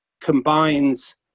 combines